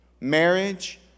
Marriage